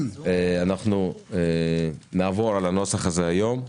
אנחנו נעבור על הנוסח הזה היום.